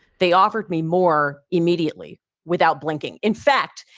they offered me more immediately without blinking. in fact,